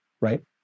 right